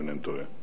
אם אינני טועה,